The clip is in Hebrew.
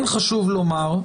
כן חשוב לומר,